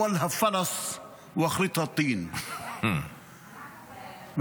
התחלתה, כסף, סופה, בוץ).